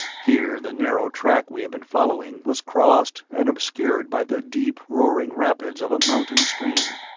here the narrow track we had been following was crossed and obscured by the deep, roaring rapids of a mountain stream.